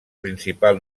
principal